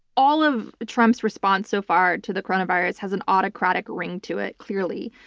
all of trump's response so far to the coronavirus has an autocratic ring to it, clearly,